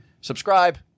Subscribe